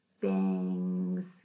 bangs